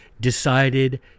decided